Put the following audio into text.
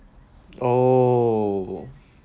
oh